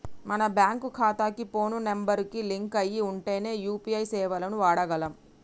మన బ్యేంకు ఖాతాకి phone number కి లింక్ అయ్యి ఉంటేనే యూ.పీ.ఐ సేవలను వాడగలం